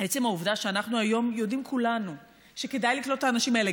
עצם העובדה שאנחנו היום יודעים כולנו שכדאי לקלוט את האנשים האלה,